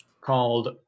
called